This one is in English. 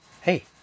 Hey